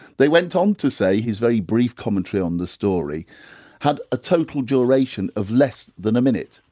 they went on to say his very brief commentary on the story had a total duration of less than a minute.